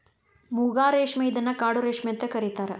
ಮೂಗಾ ರೇಶ್ಮೆ ಇದನ್ನ ಕಾಡು ರೇಶ್ಮೆ ಅಂತ ಕರಿತಾರಾ